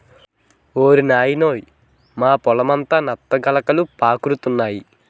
ఓరి నాయనోయ్ మా పొలమంతా నత్త గులకలు పాకురుతున్నాయి